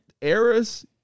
eras